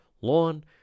lawn